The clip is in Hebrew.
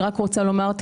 אני רק רוצה לומר,